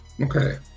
Okay